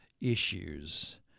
issues